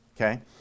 okay